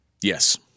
Yes